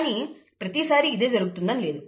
కానీ ప్రతిసారి ఇదే జరుగుతుందని లేదు